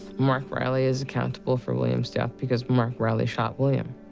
mark reilly is accountable for william's death because mark reilly shot william.